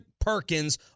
Perkins